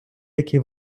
який